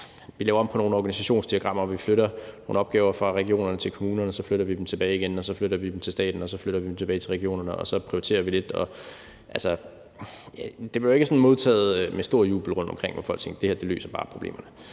man laver om på nogle organisationsdiagrammer og man flytter nogle opgaver fra regionerne til kommunerne; så flytter man dem tilbage igen, og så flytter man dem til staten, og så flytter man dem tilbage til regionerne, og så prioriterer man lidt. Det blev ikke sådan modtaget med stor jubel rundtomkring, hvor folk så tænkte: Det her løser bare problemerne.